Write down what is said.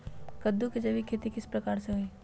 कददु के जैविक खेती किस प्रकार से होई?